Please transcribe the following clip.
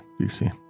DC